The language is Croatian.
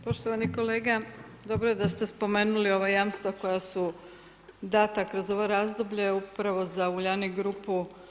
Poštovani kolega, dobro da ste spomenuli ova jamstva koja su data kroz ovo razdoblje upravo za Uljanik grupu.